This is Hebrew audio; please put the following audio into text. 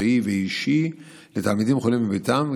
מקצועי ואישי לתלמידים חולים בביתם,